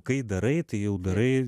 kai darai tai jau darai